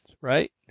Right